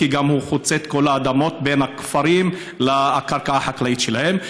כי הוא גם חוצה את כל האדמות בין הכפרים לקרקע החקלאית שלהם,